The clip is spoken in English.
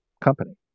company